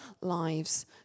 lives